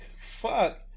Fuck